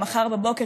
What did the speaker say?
או מחר בבוקר,